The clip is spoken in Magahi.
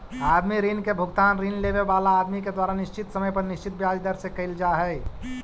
आदमी ऋण के भुगतान ऋण लेवे वाला आदमी के द्वारा निश्चित समय पर निश्चित ब्याज दर से कईल जा हई